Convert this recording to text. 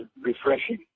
refreshing